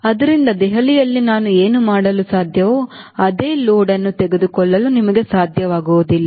ಆದ್ದರಿಂದ ದೆಹಲಿಯಲ್ಲಿ ನಾವು ಏನು ಮಾಡಲು ಸಾಧ್ಯವೋ ಅದೇ ಲೋಡ್ ಅನ್ನು ತೆಗೆದುಕೊಳ್ಳಲು ನಿಮಗೆ ಸಾಧ್ಯವಾಗುವುದಿಲ್ಲ